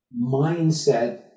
mindset